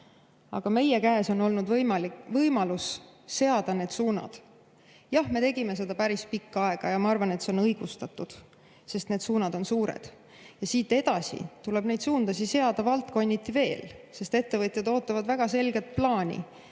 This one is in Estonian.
Aga meie käes on olnud võimalus seada need suunad. Jah, me tegime seda päris pikka aega. Ja ma arvan, et see on õigustatud, sest need suunad on suured. Siit edasi tuleb neid suundi seada valdkonniti veel, sest ettevõtjad ootavad väga selget plaani,